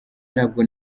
ntabwo